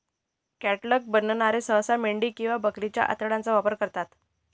catgut बनवणारे सहसा मेंढी किंवा बकरीच्या आतड्यांचा वापर करतात